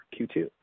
Q2